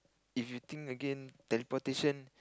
if you think again teleportation